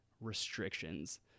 restrictions